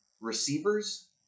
receivers